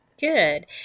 Good